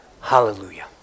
Hallelujah